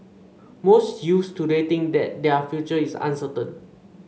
most youths today think that their future is uncertain